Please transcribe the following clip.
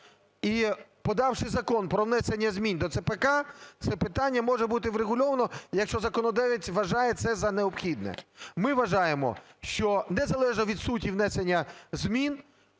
І подавши закон про внесення змін до ЦПК, це питання може бути врегульовано, якщо законодавець вважає це за необхідне. Ми вважаємо, що незалежно від суті внесення змін,